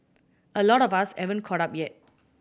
a lot of us haven't caught up yet